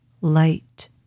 light